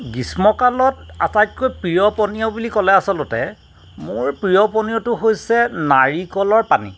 গ্ৰীষ্মকালত আটাইতকৈ প্ৰিয় পনীয় বুলি ক'লে আচলতে মোৰ প্ৰিয় পনীয়টো হৈছে নাৰিকলৰ পানী